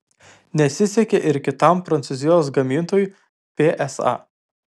nesisekė ir kitam prancūzijos gamintojui psa